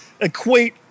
equate